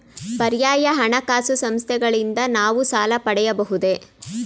ಪರ್ಯಾಯ ಹಣಕಾಸು ಸಂಸ್ಥೆಗಳಿಂದ ನಾವು ಸಾಲ ಪಡೆಯಬಹುದೇ?